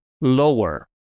lower